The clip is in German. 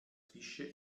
fische